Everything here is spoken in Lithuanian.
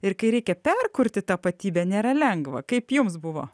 ir kai reikia perkurti tapatybę nėra lengva kaip jums buvo